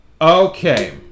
Okay